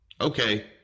Okay